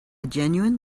genuine